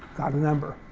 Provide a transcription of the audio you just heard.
got a number.